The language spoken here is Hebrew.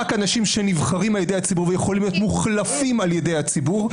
רק אנשים שנבחרים על ידי הציבור יכולים להיות מוחלפים על ידי הציבור,